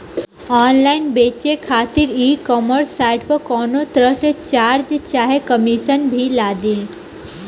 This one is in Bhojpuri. ऑनलाइन बेचे खातिर ई कॉमर्स साइट पर कौनोतरह के चार्ज चाहे कमीशन भी लागी?